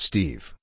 Steve